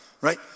right